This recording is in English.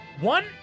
one